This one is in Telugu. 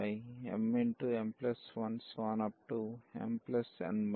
mm1mn 1 వచ్చింది